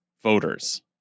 voters